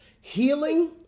Healing